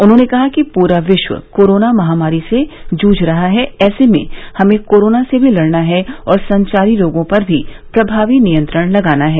उन्होंने कहा कि पूरा विश्व कोरोना महामारी से जूझ रहा है ऐसे में हमें कोरोना से भी लड़ना है और संचारी रोगों पर भी प्रभावी नियंत्रण लगाना है